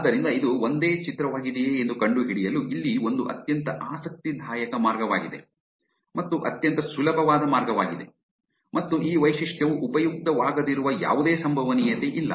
ಆದ್ದರಿಂದ ಇದು ಒಂದೇ ಚಿತ್ರವಾಗಿದೆಯೇ ಎಂದು ಕಂಡುಹಿಡಿಯಲು ಇಲ್ಲಿ ಒಂದು ಅತ್ಯಂತ ಆಸಕ್ತಿದಾಯಕ ಮಾರ್ಗವಾಗಿದೆ ಮತ್ತು ಅತ್ಯಂತ ಸುಲಭವಾದ ಮಾರ್ಗವಾಗಿದೆ ಮತ್ತು ಈ ವೈಶಿಷ್ಟ್ಯವು ಉಪಯುಕ್ತವಾಗದಿರುವ ಯಾವುದೇ ಸಂಭವನೀಯತೆ ಇಲ್ಲ